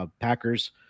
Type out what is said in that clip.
Packers